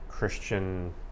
Christian